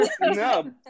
No